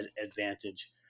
advantage